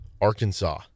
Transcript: Arkansas